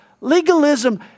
legalism